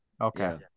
Okay